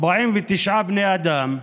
49 בני אדם,